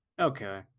Okay